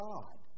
God